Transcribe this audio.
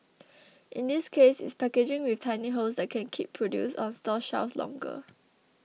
in this case it's packaging with tiny holes that can keep produce on store shelves longer